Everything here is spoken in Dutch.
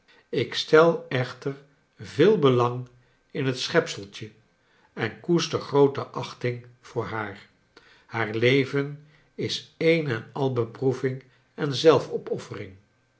ik stel echter veel belang in het schepseltje en koester groote achting voor haar haar leven is een en al beproeving en zelfopoffering